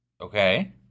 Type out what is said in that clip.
Okay